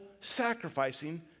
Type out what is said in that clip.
sacrificing